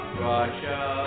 Russia